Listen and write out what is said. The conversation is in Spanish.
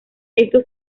esto